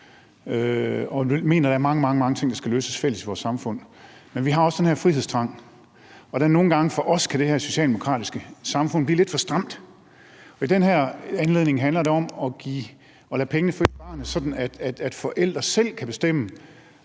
Vi mener, at der er mange, mange ting, vi skal løse fælles i vores samfund. Men vi har også den her frihedstrang, og nogle gange kan det her socialdemokratiske samfund blive lidt for stramt. I den her sammenhæng handler det om at lade pengene følge barnet, sådan at forældre selv kan bestemme,